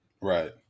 Right